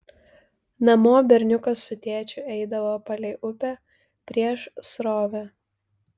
namo berniukas su tėčiu eidavo palei upę prieš srovę